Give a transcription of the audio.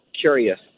curious